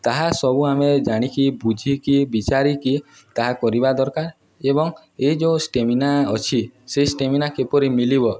ତାହା ସବୁ ଆମେ ଜାଣିକି ବୁଝିକି ବିଚାରିକି ତାହା କରିବା ଦରକାର ଏବଂ ଏଇ ଯୋଉ ଷ୍ଟେମିନା ଅଛି ସେ ଷ୍ଟେମିନା କିପରି ମିଲିବ